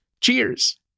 Cheers